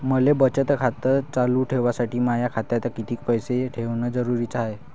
मले बचत खातं चालू ठेवासाठी माया खात्यात कितीक पैसे ठेवण जरुरीच हाय?